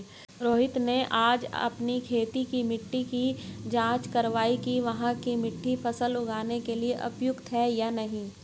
रोहित ने आज अपनी खेत की मिट्टी की जाँच कारवाई कि वहाँ की मिट्टी फसल उगाने के लिए उपयुक्त है या नहीं